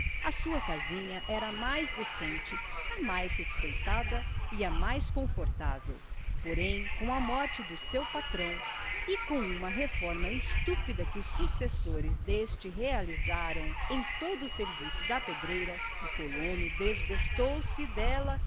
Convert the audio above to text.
a sua casinha era a mais decente a mais respeitada e a mais confortável porém com a morte do seu patrão e com uma reforma estúpida que os sucessores dele realizaram em todo o serviço da pedreira o colono desgostou se dela